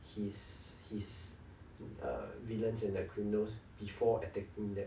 his his err villains and the criminals before attacking them